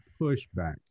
pushback